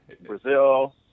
Brazil